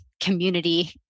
community